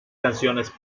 canciones